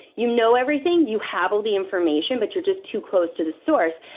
you know everything. you have all the information, but you're just too close to the source.